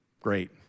great